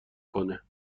کنه